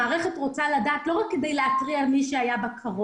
המערכת רוצה לדעת על זה לא רק כדי להתריע בפני מי שהיה בקרון,